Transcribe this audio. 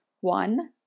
one